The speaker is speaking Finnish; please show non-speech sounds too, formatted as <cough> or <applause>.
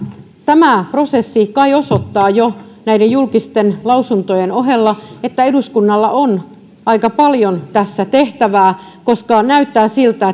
tämä prosessi kai osoittaa näiden julkisten lausuntojen ohella että eduskunnalla on aika paljon tässä tehtävää koska näyttää siltä <unintelligible>